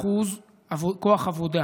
43% כוח עבודה.